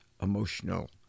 emotional